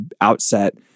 outset